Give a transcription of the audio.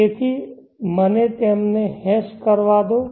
તેથી મને તેમને હેશ કરવા દો